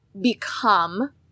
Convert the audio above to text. become